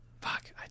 Fuck